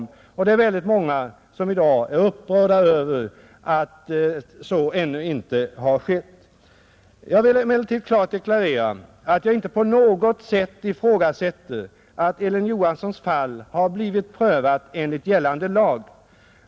Och det är väldigt många som i dag är upprörda över att så ännu inte har skett, Jag vill klart deklarera, att jag inte på något vis ifrågasätter att Elin Johanssons fall har blivit prövat enligt gällande lag.